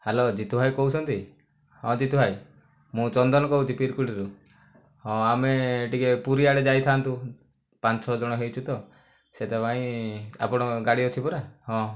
hello Jitubhai କହୁଛନ୍ତି ହଁ ଜିତୁଭାଇ ମୁଁ ଚନ୍ଦନ କହୁଛି ପିରକୁଡିରୁ ହଁ ଆମେ ଟିକେ ପୁରୀ ଆଡେ ଯାଇଥାନ୍ତୁ ପାଞ୍ଚ ଛଅ ଜଣ ହୋଇଛୁ ତ ସେଥିପାଇଁ ଆପଣଙ୍କ ଗାଡ଼ି ଅଛି ପରା ହଁ